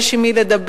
יש עם מי לדבר,